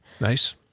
Nice